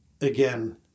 again